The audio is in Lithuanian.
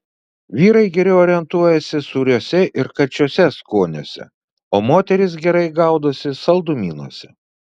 vyrai geriau orientuojasi sūriuose ir karčiuose skoniuose o moterys gerai gaudosi saldumynuose